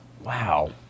Wow